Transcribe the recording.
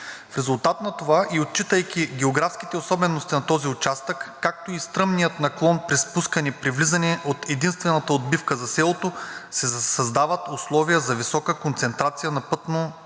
В резултат на това и отчитайки географските особености на този участък, както и стръмния наклон при спускане, при влизане от единствената отбивка за селото, се създават условия за висока концентрация на тежки